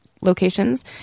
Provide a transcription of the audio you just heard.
locations